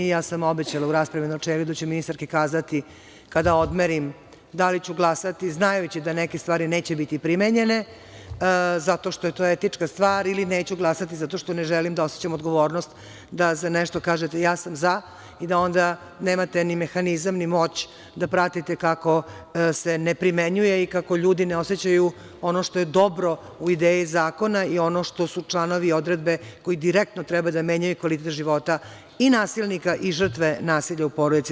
Ja sam obećala u raspravi u načelu da ću ministarki kazati, kada odmerim, da li ću glasati, znajući da neke stvari neće biti primenjene zato što je to etička stvar ili neću glasati zato što ne želim da osećam odgovornost da za nešto kažete – ja sam za, i da onda nemate mehanizam, ni moć da pratite kako se ne primenjuje i kako ljudi ne osećaju ono što je dobro u ideji zakona i ono što su članovi i odredbe koji direktno treba da menjaju kvalitet života i nasilnika i žrtve nasilja u porodici.